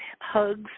hugs